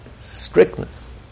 Strictness